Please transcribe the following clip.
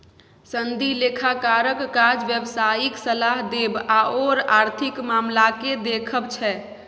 सनदी लेखाकारक काज व्यवसायिक सलाह देब आओर आर्थिक मामलाकेँ देखब छै